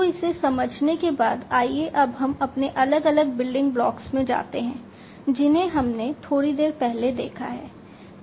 तो इसे समझने के बाद आइए अब हम अपने अलग अलग बिल्डिंग ब्लॉक्स में जाते हैं जिन्हें हमने थोड़ी देर पहले देखा है